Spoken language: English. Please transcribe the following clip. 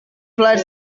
flight